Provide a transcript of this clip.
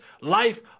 life